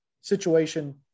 situation